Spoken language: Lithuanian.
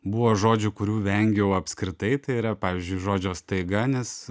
buvo žodžių kurių vengiau apskritai tai yra pavyzdžiui žodžio staiga nes